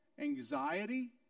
anxiety